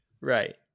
Right